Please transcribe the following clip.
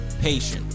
patience